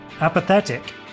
apathetic